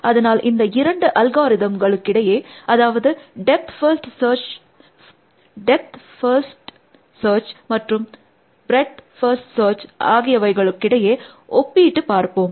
அதனால் இந்த இரண்டு அல்காரிதம்களுக்கிடையே அதாவது டெப்த் ஃபர்ஸ்ட் சர்ச் மற்றும் ப்ரெட்த் ஃபர்ஸ்ட் சர்ச் ஆகியவைகளுக்கிடையே ஒப்பீட்டு பார்ப்போம்